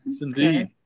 indeed